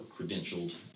credentialed